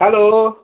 hello